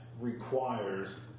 requires